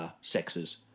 sexes